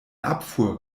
abfuhr